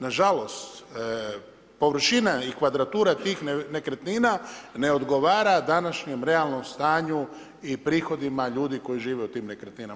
Na žalost površina i kvadratura tih nekretnina ne odgovara današnjem realnom stanju i prihodima ljudi koji žive u tim nekretninama.